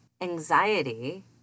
Anxiety